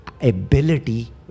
ability